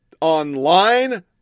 online